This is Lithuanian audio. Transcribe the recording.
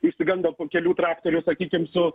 išsigando po kelių traktorių sakykim su